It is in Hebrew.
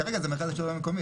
כרגע זה המדד לשלטון המקומי.